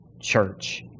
Church